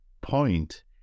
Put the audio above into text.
point